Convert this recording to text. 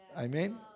Amen